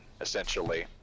essentially